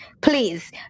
Please